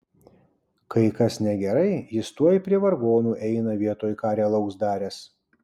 kai kas negerai jis tuoj prie vargonų eina vietoj ką realaus daręs